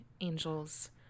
angels